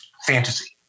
fantasy